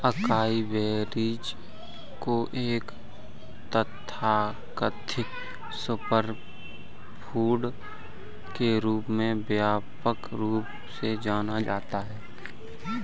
acai berries को एक तथाकथित सुपरफूड के रूप में व्यापक रूप से जाना जाता है